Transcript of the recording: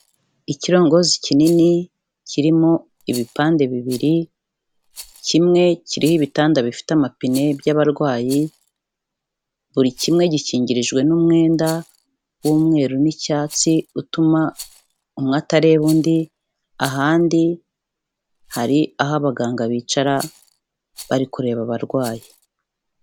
Ikirongozi kinini kirimo ibipande bibiri, kimwe kiriho ibitanda bifite amapine by'abarwayi, buri kimwe gikingirijwe n'umwenda w'umweru n'icyatsi utuma umwe atareba undi, ahandi hari aho abaganga bicara bari kureba abarwayi.